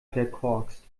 verkorkst